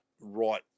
right